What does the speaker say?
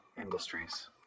Industries